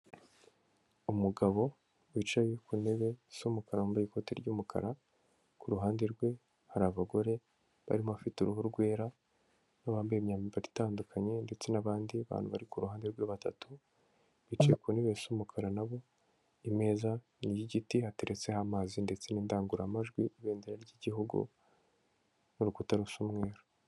umugabo wicaye ku ntebe z'umukara wambaye ikoti ry'umukara, ku ruhande rwe hari abagore barimo abafite uruhu rwera n'abambaye imyambaro itandukanye ndetse n'abandi bantu bari ku ruhande rwe batatu, bicaye ku ntebe zisa mukara na bo, imeza n'iy'igiti hateretseho amazi ndetse n'indangururamajwi ibendera ry'Igihugu n'urukuta rusa umweru.